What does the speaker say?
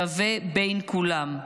שווה בין כולם.